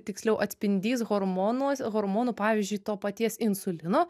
tiksliau atspindys hormonuos hormonų pavyzdžiui to paties insulino